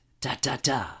da-da-da